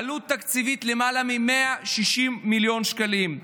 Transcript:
העלות התקציבית, למעלה מ-160 מיליון שקלים.